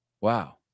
wow